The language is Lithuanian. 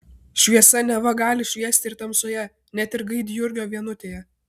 šviesa neva gali šviesti ir tamsoje net ir gaidjurgio vienutėje